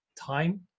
time